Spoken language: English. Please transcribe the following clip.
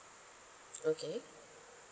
okay